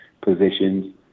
positions